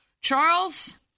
Charles